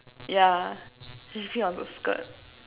yeah she pee on the skirt